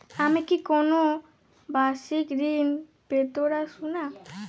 আমি কি কোন বাষিক ঋন পেতরাশুনা?